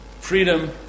freedom